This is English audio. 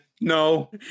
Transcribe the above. No